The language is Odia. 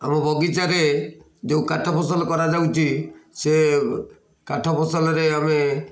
ଆମ ବଗିଚାରେ ଯେଉଁ କାଠ ଫସଲ କରାଯାଉଛି ସେ କାଠ ଫସଲରେ ଆମେ